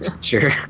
Sure